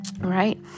right